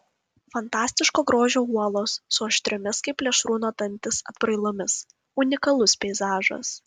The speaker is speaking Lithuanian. fantastiško grožio uolos su aštriomis kaip plėšrūno dantys atbrailomis unikalus peizažas